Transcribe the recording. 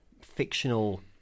fictional